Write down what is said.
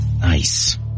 Nice